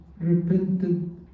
repented